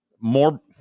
more